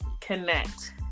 connect